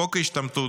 חוק ההשתמטות.